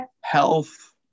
Health